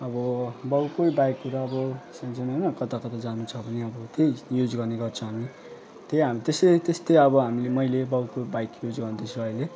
अब बाउकै बाइक कुदाको होइन कता कता जानु छ भने अब त्यही युज गर्ने गर्छौँ हामीहरू त्यही हाम्रो त्यसरी त्यस्तै हामीले मैले अब बाउको बाइक युज गर्दैछु अहिले